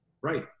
Right